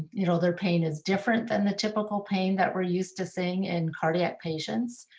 you know, their pain is different than the typical pain that we're used to seeing in cardiac patients,